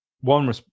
one